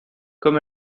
comme